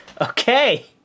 Okay